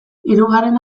hirugarren